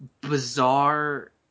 bizarre